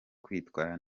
kwitwara